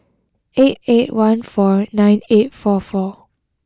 eight eight one four nine eight four four